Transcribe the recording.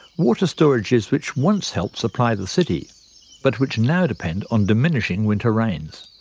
water storages which once helped supply the city but which now depend on diminishing winter rains.